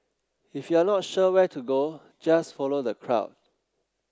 if you're not sure where to go just follow the crowd